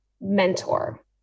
mentor